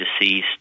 deceased